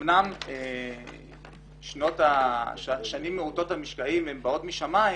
אמנם שנים מעוטות המשקעים באות משמים,